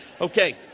Okay